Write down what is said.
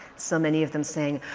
so many of them saying,